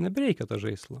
nebereikia to žaislo